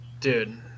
Dude